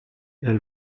elle